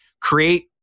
create